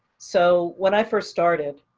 so when i first started,